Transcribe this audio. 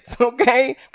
okay